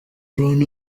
brown